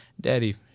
Daddy